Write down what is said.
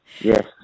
Yes